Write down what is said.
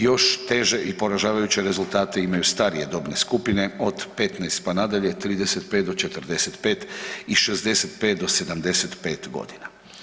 Još teže i poražavajuće rezultate imaju starije dobne skupine od 15, pa nadalje, 35 do 45 i 65 do 75.g.